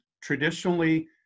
traditionally